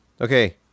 Okay